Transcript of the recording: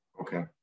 okay